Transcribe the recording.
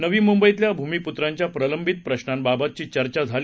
नवीमुंबईतल्याभुमिपत्रांच्याप्रलंबितप्रश्नांबाबतहीचर्चाझाली